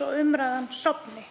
svo umræðan sofni.